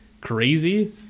Crazy